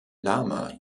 lama